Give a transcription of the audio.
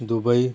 Dubai